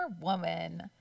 woman